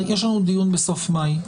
דיון בסוף מאי.